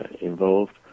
involved